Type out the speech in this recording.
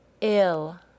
ill